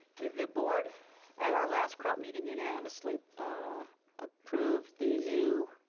the board at our last crop meeting unanimously ah approved the new